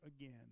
again